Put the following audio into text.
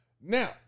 Now